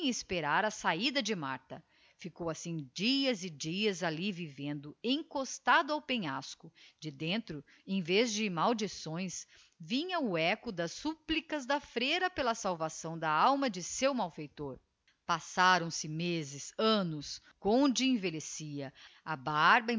esperar a sahida de martha ficou assim dias e dias alli vivendo encostado ao penhasco de dentro em vez de maldições vinha o echo das supplicas da freira pela salvação da alma de seu malfeitor passaram-se mezes annos o conde envelhecia a barba